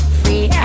free